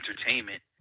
entertainment